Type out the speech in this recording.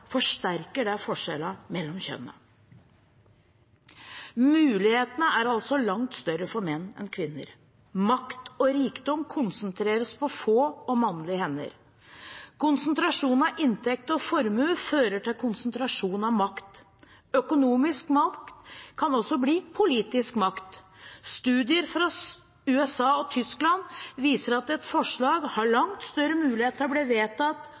forsterker det forskjellene mellom kjønnene. Mulighetene er altså langt større for menn enn for kvinner. Makt og rikdom konsentreres på få og mannlige hender. Konsentrasjon av inntekt og formue fører til konsentrasjon av makt. Økonomisk makt kan også bli politisk makt. Studier fra USA og Tyskland viser at et forslag har langt større mulighet til å bli vedtatt